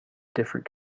different